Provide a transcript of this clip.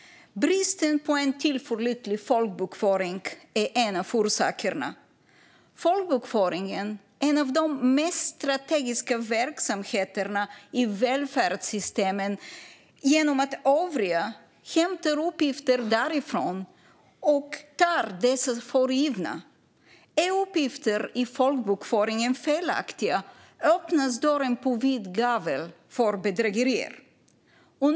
Bristen på en tillförlitlig folkbokföring är en av orsakerna. Folkbokföringen är en av de mest strategiska verksamheterna i välfärdssystemen genom att övriga hämtar uppgifter därifrån och tar dessa för givna. Om uppgifter i folkbokföringen är felaktiga öppnas dörren för bedrägerier på vid gavel.